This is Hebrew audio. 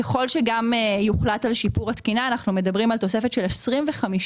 ככל שגם יוחלט על שיפור התקינה אנחנו מדברים על תוספת של 25.5%